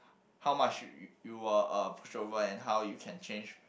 how much you you were a pushover and how you can change